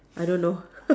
I don't know